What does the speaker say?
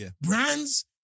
Brands